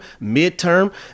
midterm